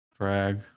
drag